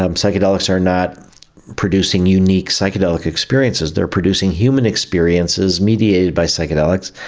um psychedelics are not producing unique psychedelic experiences, they are producing human experiences mediated by psychedelics.